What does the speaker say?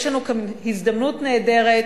יש לנו כאן הזדמנות נהדרת,